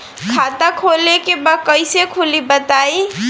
खाता खोले के बा कईसे खुली बताई?